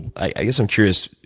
i guess i'm curious.